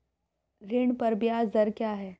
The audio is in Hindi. ऋण पर ब्याज दर क्या है?